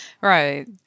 Right